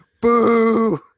boo